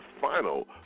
final